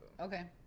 Okay